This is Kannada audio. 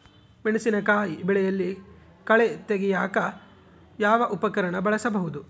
ಮೆಣಸಿನಕಾಯಿ ಬೆಳೆಯಲ್ಲಿ ಕಳೆ ತೆಗಿಯಾಕ ಯಾವ ಉಪಕರಣ ಬಳಸಬಹುದು?